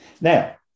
Now